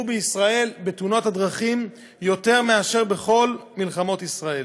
בישראל בתאונות הדרכים יותר מאשר בכל מלחמות ישראל.